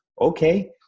Okay